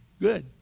Good